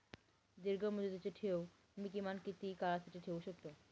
दीर्घमुदतीचे ठेव मी किमान किती काळासाठी ठेवू शकतो?